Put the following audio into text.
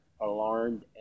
alarmed